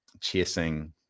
chasing